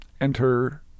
enter